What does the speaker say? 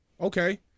Okay